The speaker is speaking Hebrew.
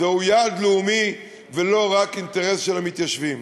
זהו יעד לאומי, ולא רק אינטרס של המתיישבים.